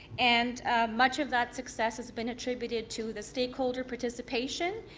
and much of that success has been attributed to the stakeholder participation.